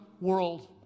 world